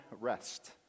rest